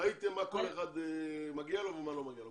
וראיתם מה כל אחד מגיע לו ולא מגיע לו.